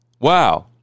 wow